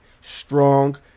strong